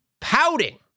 pouting